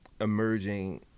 emerging